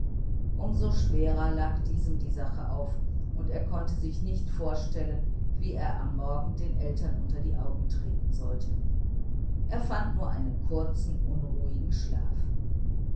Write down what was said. so schwerer lag diesem die sache auf und er konnte sich nicht vorstellen wie er am morgen den eltern unter die augen treten sollte er fand nur einen kurzen unruhigen schlaf